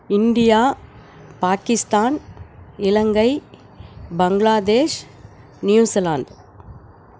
India Pakistan Ilangai Bangladesh New Zealand